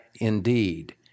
indeed